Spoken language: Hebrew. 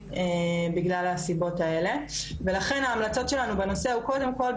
בגלל הסיבות האלה ולכן ההמלצות שלנו בנושא הוא קודם כל,